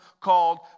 called